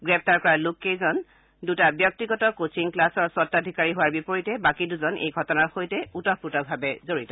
গ্ৰেপ্তাৰ কৰা লোককেইজন দুটা ব্যক্তিগত কোচিং ক্লাছৰ স্বতাধিকাৰী হোৱাৰ বিপৰীতে বাকী দুজন এই ঘটনাৰ সৈতে ওতঃপ্ৰোতভাৱে জড়িত